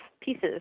pieces